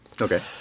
Okay